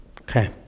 Okay